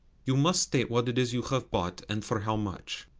you must state what it is you have bought, and for how much.